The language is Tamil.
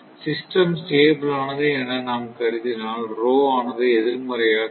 சிஸ்டம் ஸ்டேபிள் ஆனது என நாம் கருதினால் ஆனது எதிர்மறையாக இருக்கும்